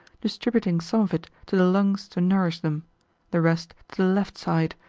distributing some of it to the lungs to nourish them the rest to the left side,